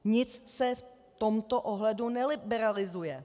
Nic se v tomto ohledu neliberalizuje.